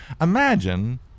Imagine